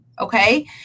okay